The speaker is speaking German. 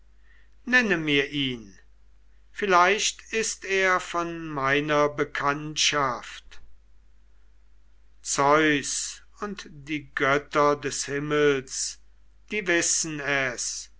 nenne mir ihn vielleicht ist er von meiner bekanntschaft zeus und die götter des himmels die wissen es